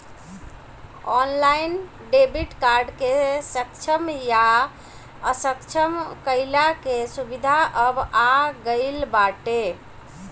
online debit card के सक्षम या असक्षम कईला के सुविधा अब आ गईल बाटे